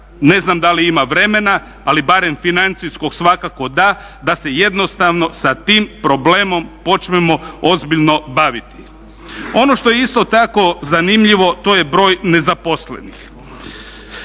ne znam da li ima vremena ali barem financijskog svakako da, da se jednostavno sa tim problemom počnemo ozbiljno baviti. Ono što je isto tako zanimljivo to je broj nezaposlenih.